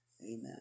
Amen